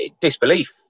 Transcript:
disbelief